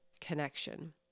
connection